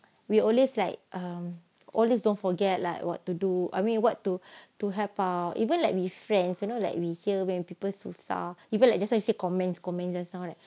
we always like um always don't forget like what to do I mean what to to help out even like with friends you know like we hear when peoples susah even like just now you say comments comments just now right